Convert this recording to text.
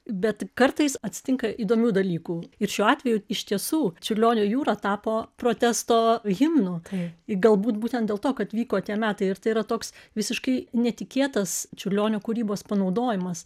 bet kartais atsitinka įdomių dalykų ir šiuo atveju iš tiesų čiurlionio jūra tapo protesto himnu galbūt būtent dėl to kad vyko tie metai ir tai yra toks visiškai netikėtas čiurlionio kūrybos panaudojimas